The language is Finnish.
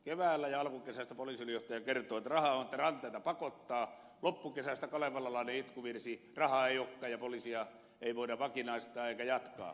keväällä ja alkukesästä poliisiylijohtaja kertoo että rahaa on että ranteita pakottaa loppukesästä kalevalainen itkuvirsi että rahaa ei olekaan ja poliiseja ei voida vakinaistaa eikä määräaikaisuuksia jatkaa